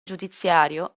giudiziario